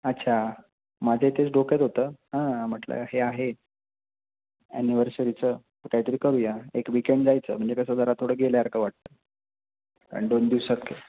अच्छा माझ्याही तेच डोक्यात होतं हां म्हटलं हे आहे ॲनिवर्सरीचं कायतरी करूया एक वीकेंड जायचं म्हणजे कसं जरा थोडं गेल्यासारखं वाटतं कारण दोन दिवसात